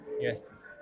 Yes